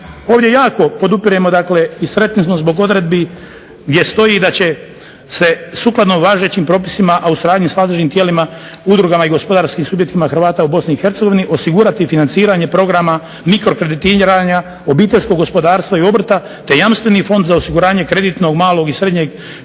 Ovdje jako podupiremo i sretni smo zbog odredbi gdje stoji da će sukladno važećim propisima, a u suradnji s nadležnim tijelima, udrugama i gospodarskim subjektima Hrvata u BiH osigurati financiranje programa, mikrokreditiranja, obiteljskog gospodarstva i obrta, te Jamstveni fond za osiguranje kreditnog malog i srednjeg